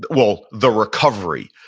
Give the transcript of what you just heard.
well, the recovery,